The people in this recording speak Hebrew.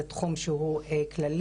זה תחום שהוא כללי,